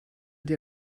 dir